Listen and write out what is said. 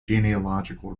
genealogical